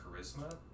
charisma